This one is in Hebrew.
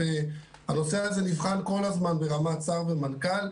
הנושא הזה נבחן כל הזמן ברמת שר ומנכ"ל,